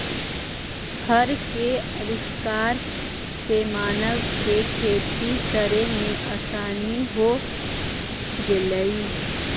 हर के आविष्कार से मानव के खेती करे में आसानी हो गेलई